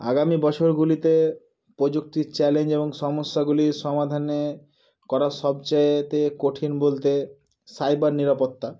আগামী বছরগুলিতে প্রযুক্তির চ্যালেঞ্জ এবং সমস্যাগুলির সমাধানে করা সবচাইতে কঠিন বলতে সাইবার নিরাপত্তা